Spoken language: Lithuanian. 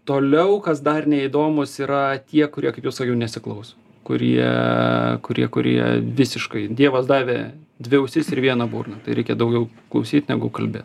toliau kas dar neįdomūs yra tie kurie kaip jau sakiau nesiklauso kurie kurie kurie visiškai dievas davė dvi ausis ir vieną burną tai reikia daugiau klausyt negu kalbėt